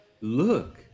look